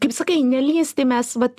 kaip sakai nelįsti mes vat